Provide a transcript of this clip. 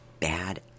bad